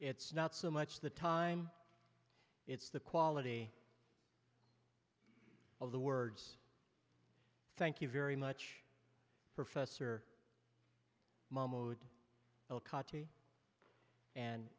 it's not so much the time it's the quality of the words thank you very much professor